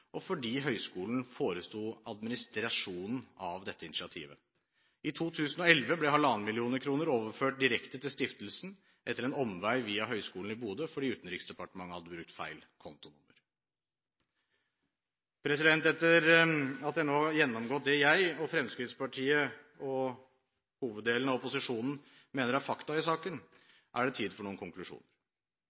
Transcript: og fordi Høgskolen foresto administrasjonen av dette initiativet. I 2011 ble 1,5 mill. kr overført direkte til stiftelsen, etter en omvei via Høgskolen i Bodø, fordi Utenriksdepartementet hadde brukt feil kontonummer. Etter at jeg nå har gjennomgått det jeg og Fremskrittspartiet, og hoveddelen av opposisjonen, mener er fakta i saken, er det tid for noen konklusjoner.